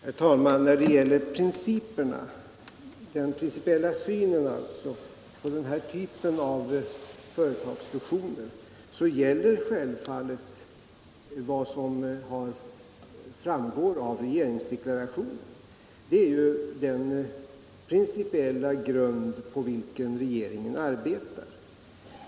Nr 19 Herr talman! När det gäller den principiella synen på den här typen Torsdagen den av företagsfusioner gäller självfallet vad som framgår av regeringsde 28 oktober 1976 klarationen. Det är den principiella grund på vilken regeringen arbetar.